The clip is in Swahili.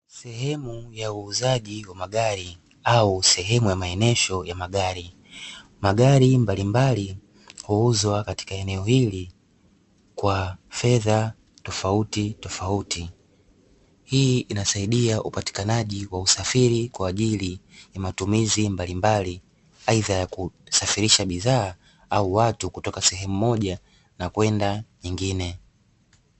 Sehemu ya uuzaji wa magari au sehemu ya maonyesho ya magari. Magari mbalimbali huuzwa katika eneo hili kwa fedha tofautitofauti. Hii inasaidia upatikanaji wa usafiri kwa ajili ya matumizi mbalimbali aidha ya kusafirisha bidhaa au watu kutoka sehemu moja na kwenda nyingine.